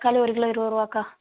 தக்காளி ஒரு கிலோ இருபது ருபாக்கா